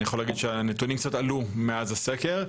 אני יכול להגיד שהנתונים קצת עלו מאז הסקר,